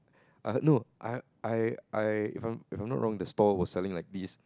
I heard no I I I if I'm if I'm not wrong the stall was selling like this